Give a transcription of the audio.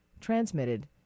transmitted